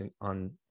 on